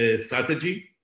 strategy